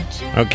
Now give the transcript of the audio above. Okay